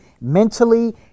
mentally